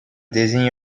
désigne